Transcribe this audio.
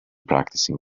practicing